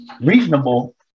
reasonable